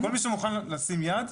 כל מי שמוכן לשים יד,